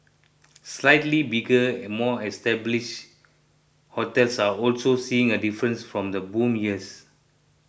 slightly bigger and more establish hotels are also seeing a difference from the boom years